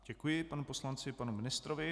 Děkuji panu poslanci i panu ministrovi.